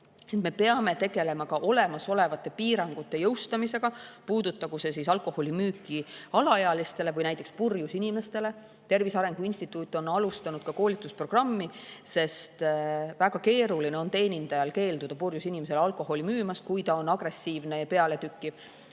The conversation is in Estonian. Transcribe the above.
me peame tegelema ka olemasolevate piirangute jõustamisega, puudutagu need siis kas alkoholi müüki alaealistele või näiteks purjus inimestele. Tervise Arengu Instituut on alustanud koolitusprogrammi, sest teenindajal on väga keeruline keelduda purjus inimesele alkoholi müümast, kui ta on agressiivne ja pealetükkiv.